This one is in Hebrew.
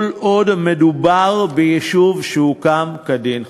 כל עוד מדובר ביישוב שהוקם כדין,